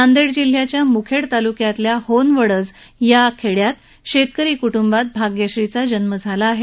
नांदेड जिल्ह्याच्या मुखेड तालुक्यातल्या होनवडज या खेड्यात शेतकरी कुटुंबात भाग्यश्रीचा जन्म झाला आहे